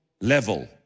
level